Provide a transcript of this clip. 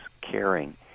caring